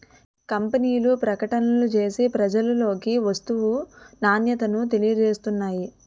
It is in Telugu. కంపెనీలు ప్రకటనలు చేసి ప్రజలలోకి వస్తువు నాణ్యతను తెలియజేస్తున్నాయి